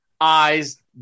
Eyes